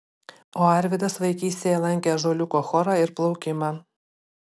o arvydas vaikystėje lankė ąžuoliuko chorą ir plaukimą